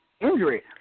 injury